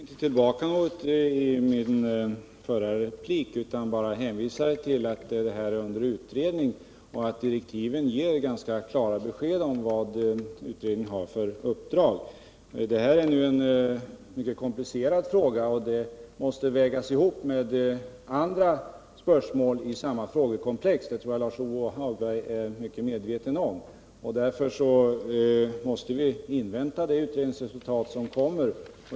Herr talman! Jag tar inte tillbaka något av vad jag sade i min förra replik. Jag hänvisar till att denna fråga är under utredning och att direktiven ger klara besked om utredningens uppdrag. Det är en mycket komplicerad fråga och den måste vägas ihop med andra spörsmål i samma frågekomplex. Det tror jag att Lars-Ove Hagberg är mycket medveten om. Därför måste vi invänta utredningsresultatet.